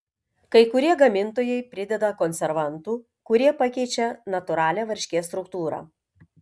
kai kurie gamintojai prideda konservantų kurie pakeičią natūralią varškės struktūrą